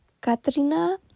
Katrina